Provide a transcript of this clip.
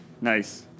Nice